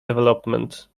development